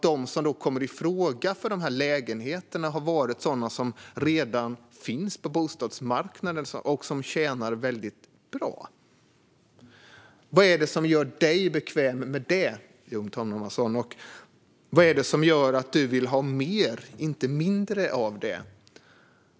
De som kommer i fråga för de här lägenheterna har varit sådana som redan finns på bostadsmarknaden och som tjänar väldigt bra. Vad är det som gör dig bekväm med det? Vad är det som gör att du vill ha mer och inte mindre av det?